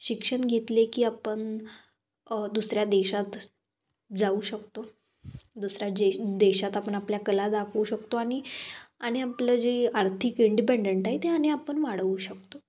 शिक्षण घेतले की आपण दुसऱ्या देशात जाऊ शकतो दुसऱ्या जे देशात आपण आपल्या कला दाखवू शकतो आणि आणि आपलं जे आर्थिक इंडिपेंडंट आहे ते आणि आपण वाढवू शकतो